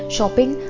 Shopping